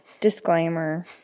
Disclaimer